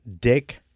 Dick